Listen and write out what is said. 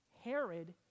Herod